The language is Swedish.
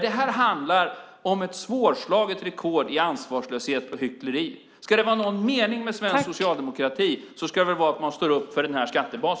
Det här handlar om ett svårslaget rekord i ansvarslöshet och hyckleri. Ska det vara någon mening med svensk socialdemokrati ska det väl vara att man står upp för denna skattebas.